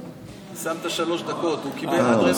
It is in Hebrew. שמת שלוש דקות, והוא קיבל עד רבע לעשר.